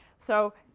so,